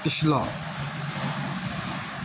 ਪਿਛਲਾ